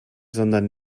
sondern